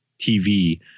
TV